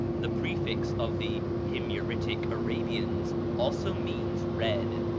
the prefix of the himyaritic arabians, also means red,